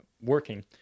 working